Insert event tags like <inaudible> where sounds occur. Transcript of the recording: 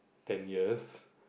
ten years <laughs>